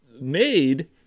made